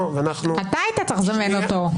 ואנחנו --- אתה היית צריך לזמן אותו.